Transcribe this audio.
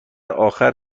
آخر